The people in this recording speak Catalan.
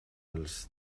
els